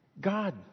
God